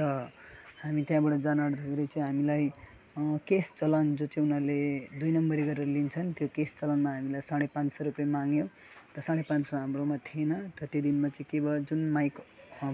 त हामी त्यहाँबाट जानु आँट्दाखेरि चाहिँ हामीलाई केस चलान जो चाहिँ उनीहरूले दुई नम्बरी गरेर लिन्छन् त्यो केस चलानमा हामीलाई साढे पाँच सय रुपियाँ माग्यो त साढे पाँच सय हाम्रोमा थिएन त त्यो दिनमा चाहिँ के भयो जुन माइक